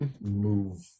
move